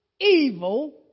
evil